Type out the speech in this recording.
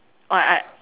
or I